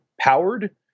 powered